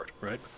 right